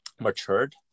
matured